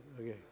okay